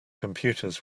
computers